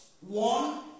one